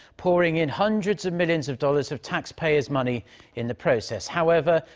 pouring in hundreds of millions of dollars of taxpayers' money in the process. however,